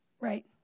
Right